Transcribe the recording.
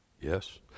Yes